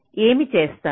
ఏమి చేస్తారు